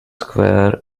square